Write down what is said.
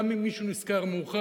גם אם מישהו נזכר מאוחר,